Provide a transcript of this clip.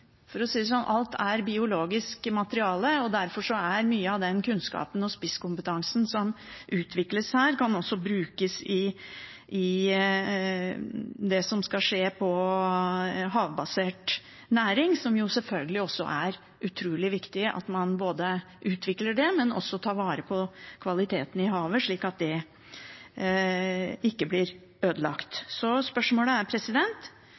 er biologisk materiale. Derfor kan mye av den kunnskapen og spisskompetansen som utvikles her, også brukes i det som skal skje innenfor havbaserte næringer. Det er selvfølgelig også utrolig viktig at man ikke bare utvikler det, men også tar vare på kvaliteten i havet, slik at det ikke blir ødelagt. Spørsmålet er: